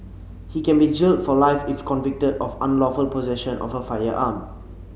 he can be jailed for life if convicted of unlawful possession of a firearm